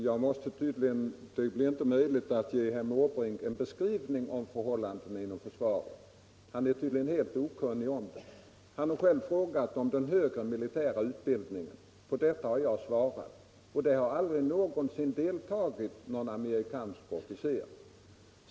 Herr talman! Det hjälper tydligen inte att ge herr Måbrink en beskrivning av förhållandena inom försvaret; han är ändå helt okunnig om dem. Herr Måbrink hade själv frågat om den högre militära utbildningen, och på denna fråga har jag svarat att där har aldrig någonsin deltagit någon amerikansk officer.